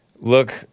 Look